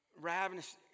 ravenous